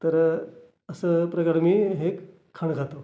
तर असं प्रकारे मी हे खाणं खातो